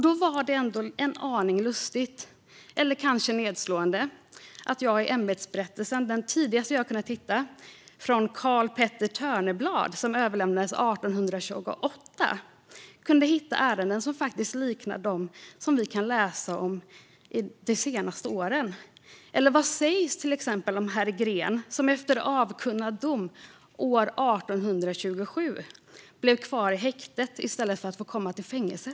Då är det en aning lustigt, eller kanske nedslående, att jag i den tidigaste ämbetsberättelse jag har hittat, från Carl Peter Törnebladh som överlämnades 1828, hittar ärenden som faktiskt liknar dem vi har kunnat läsa om de senaste åren. Eller vad sägs om att en herr Gren efter avkunnad dom år 1827 blev kvar i häktet i stället för att få komma i fängelse?